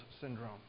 Syndrome